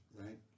right